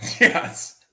Yes